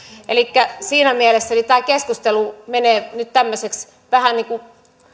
elikkä siinä mielessä tämä keskustelu menee nyt tämmöiseksi vähän niin kuin